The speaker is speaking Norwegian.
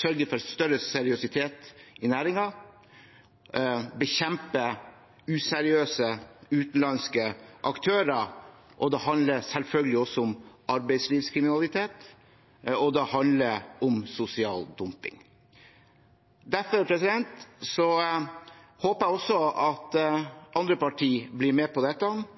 sørge for større seriøsitet i næringen og bekjempe useriøse utenlandske aktører. Det handler selvfølgelig også om arbeidslivskriminalitet og om sosial dumping. Derfor håper jeg at også andre partier blir med på dette.